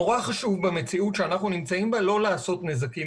נורא חשוב במציאות בה אנחנו נמצאים לא לעשות נזקים